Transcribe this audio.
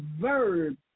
verb